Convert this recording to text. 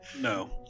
No